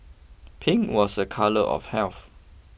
pink was a colour of health